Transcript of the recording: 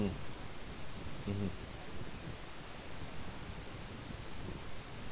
mm mmhmm